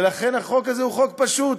ולכן, החוק הזה הוא חוק פשוט.